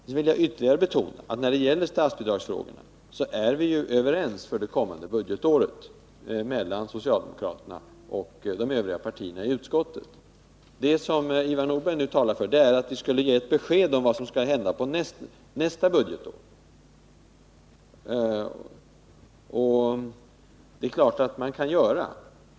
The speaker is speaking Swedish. Jag vill ytterligare betona att socialdemokraterna och övriga partier i utskottet är överens när det gäller statsbidragsfrågorna för det kommande budgetåret. Vad Ivar Nordberg nu talar för är att vi skulle ge ett besked om vad som skall hända nästa budgetår. Det är klart att man kan göra det.